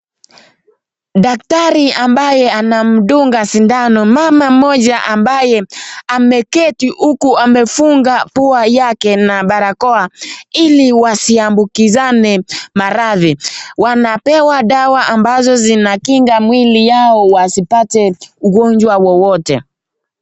Daktari ambaye anamdunga sindano mama mmoja ambaye ameketi huku amefunga pua yake na barakoa ili wasiambukizane maradhi. Wanapewa dawa ambazo zinakinga mwili yao wasipate ugonjwa wowote.